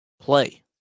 play